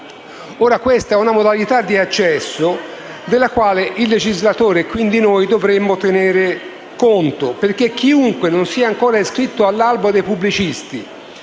Ora, questa è una modalità di accesso della quale il legislatore, e quindi noi, dovremmo tenere conto, perché chiunque non sia ancora iscritto all'albo dei pubblicisti